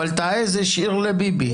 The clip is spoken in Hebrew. אבל את העז השאיר לביבי,